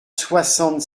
soixante